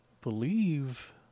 believe